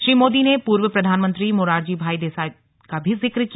श्री मोदी ने पूर्व प्रधानमंत्री मोरारजी भाई देसाई का भी जिक्र किया